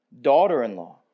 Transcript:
daughter-in-law